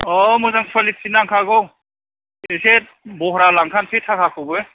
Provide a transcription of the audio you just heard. औ मोजां कुवालिटिनि नांखागौ एसे बह्रा लांखानोसै थाखाखौबो